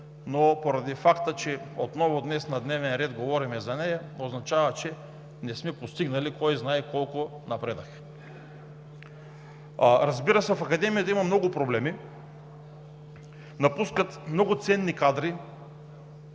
но поради факта, че днес отново е на дневен ред и говорим за нея, означава, че не сме постигнали кой знае какъв напредък. Разбира се, в Академията има много проблеми. Напускат много ценни кадри.